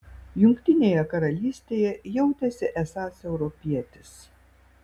jungtinėje karalystėje jautėsi esąs europietis